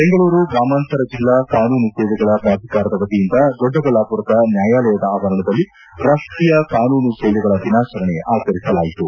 ಬೆಂಗಳೂರು ಗ್ರಾಮಾಂತರ ಜಿಲ್ಲಾ ಕಾನೂನು ಸೇವೆಗಳ ಪ್ರಾಧಿಕಾರದ ವತಿಯಿಂದ ದೊಡ್ಡಬಳ್ಳಾಪುರದ ನ್ಯಾಯಾಲಯದ ಆವರಣದಲ್ಲಿ ರಾಷ್ಟೀಯ ಕಾನೂನು ಸೇವೆಗಳ ದಿನಾಚರಣೆ ಆಚರಿಸಲಾಯಿತು